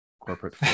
corporate